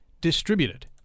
distributed